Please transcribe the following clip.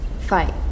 fight